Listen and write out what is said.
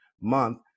month